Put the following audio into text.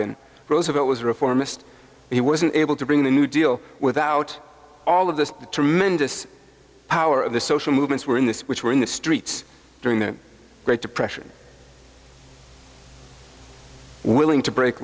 been roosevelt was reformist he wasn't able to bring the new deal without all of this tremendous power of the social movements were in this which were in the streets during the great depression willing to break